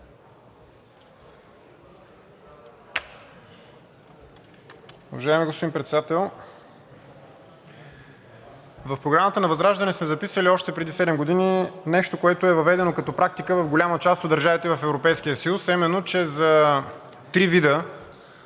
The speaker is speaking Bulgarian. В програмата на ВЪЗРАЖДАНЕ сме записали още преди седем години нещо, което е въведено като практика в голяма част от държавите в Европейския съюз, а именно, че за три вида